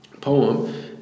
poem